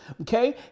okay